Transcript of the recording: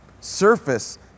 surface